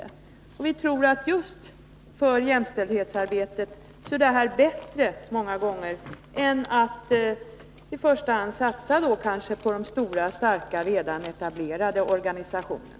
Vi tror att detta ofta är bättre just för jämställdhetsarbetet än att i första hand satsa på de stora, starka och redan etablerade organisationerna.